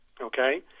Okay